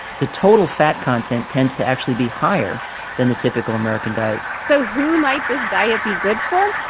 the total fat content tends to actually be higher than the typical american diet so who might this diet be good for?